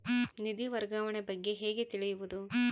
ನಿಧಿ ವರ್ಗಾವಣೆ ಬಗ್ಗೆ ಹೇಗೆ ತಿಳಿಯುವುದು?